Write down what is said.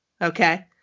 Okay